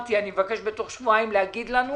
אמרתי שאני מבקש בתוך שבועיים לומר לנו